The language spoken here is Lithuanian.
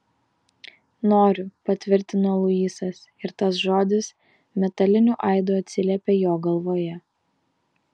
noriu patvirtino luisas ir tas žodis metaliniu aidu atsiliepė jo galvoje